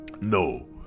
No